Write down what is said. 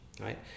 right